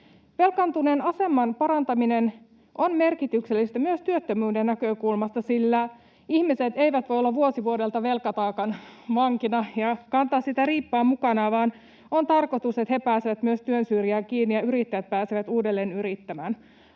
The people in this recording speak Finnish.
Velkaantuneen aseman parantaminen on merkityksellistä myös työttömyyden näkökulmasta, sillä ihmiset eivät voi olla vuosi vuodelta velkataakan vankina ja kantaa sitä riippaa mukanaan, vaan on tarkoitus, että he pääsevät myös työn syrjään kiinni ja yrittäjät pääsevät uudelleen yrittämään.